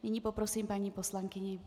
Nyní poprosím paní poslankyni.